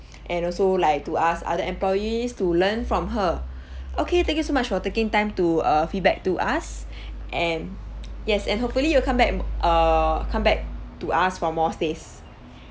and also like to ask other employees to learn from her okay thank you so much for taking time to err feedback to us and yes and hopefully you will come back err come back to us for more stays